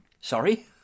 Sorry